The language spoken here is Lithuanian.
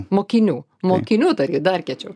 mokinių mokinių tai dar kiečiau